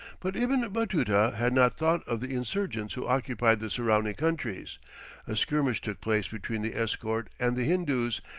but ibn batuta had not thought of the insurgents who occupied the surrounding countries a skirmish took place between the escort and the hindoos,